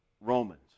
Romans